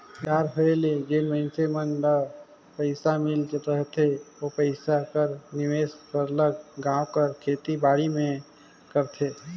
retire होए ले जेन मइनसे मन ल पइसा मिल रहथे ओ पइसा कर निवेस सरलग गाँव कर खेती बाड़ी में करथे